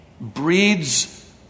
breeds